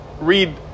read